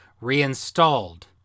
reinstalled